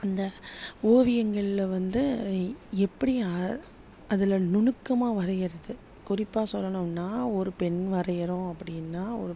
அந்த ஓவியங்களில் வந்து எப்படி அ அதில் நுணுக்கமாக வரைகிறது குறிப்பாக சொல்லணும்னால் ஒரு பெண் வரைகிறோம் அப்படின்னா ஒரு